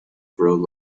broad